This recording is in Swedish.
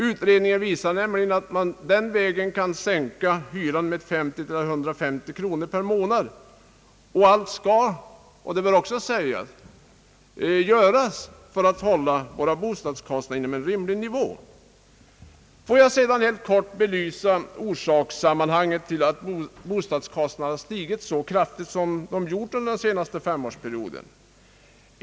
Utredningen visar nämligen att man den vägen kan sänka hyran med 50—150 kronor per månad. Och allt skall göras — det bör även sägas -— för att hålla våra bostadskostnader på en rimlig nivå. Låt mig sedan helt kort belysa orsakerna till att bostadskostnaderna stigit så kraftigt som de gjort under den senaste femårsperioden.